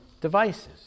devices